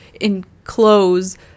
enclose